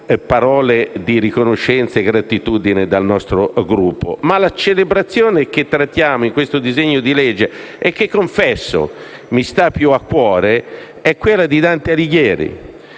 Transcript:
parole di riconoscenza e gratitudine da parte del nostro Gruppo. La celebrazione che però trattiamo in questo disegno di legge e che, confesso, mi sta più a cuore, è quella di Dante Alighieri.